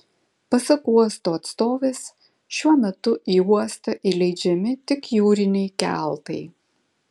pasak uosto atstovės šiuo metu į uostą įleidžiami tik jūriniai keltai